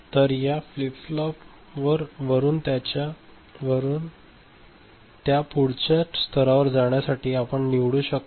तर या flip flop वरुन त्या पुढच्या स्तरावर जाण्यासाठी आपण निवडू शकतो